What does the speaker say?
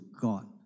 God